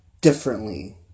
differently